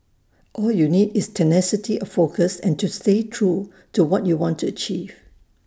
all you need is tenacity of focus and to stay true to what you want to achieve